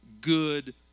good